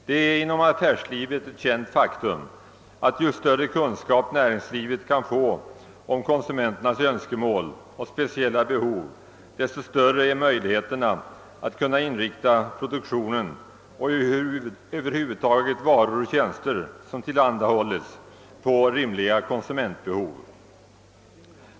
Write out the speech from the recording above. Det är inom affärslivet ett känt faktum att ju större kunskap näringslivet kan få om konsumenternas önskemål och speciella behov desto större är möjligheterna att kunna inrikta produktionen, och över huvud taget varor och tjänster som tillhandahålles, på rimliga konsumentbehov.